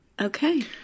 Okay